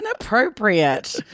inappropriate